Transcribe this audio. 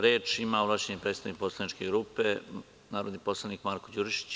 Reč ima ovlašćeni predstavnik poslaničke grupe, narodni poslanik Marko Đurišić.